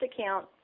account